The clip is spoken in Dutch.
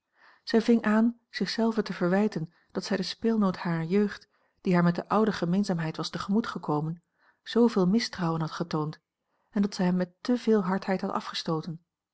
zij ving aan zich zelve te verwijten dat zij den speelnoot harer jeugd die haar met de oude gemeenzaamheid was te gemoet gekomen zooveel mistrouwen had getoond en dat zij hem met te veel hardheid had afgestooten